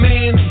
Man